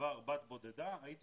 בעבר בת בודדה, הייתי